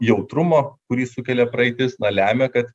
jautrumo kurį sukelia praeitis lemia kad